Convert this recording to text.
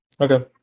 Okay